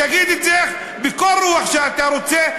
תגיד את זה בקור-רוח שאתה רוצה,